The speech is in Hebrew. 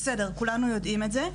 בסדר כולנו יודעים את זה.